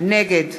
נגד